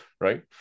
Right